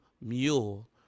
mule